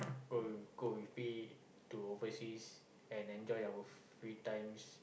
go go with me to overseas and enjoy our free times